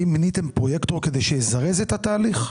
האם מיניתם פרויקטור כדי שיזרז את התהליך?